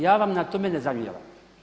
Ja vam na tome ne zamjeram.